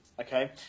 okay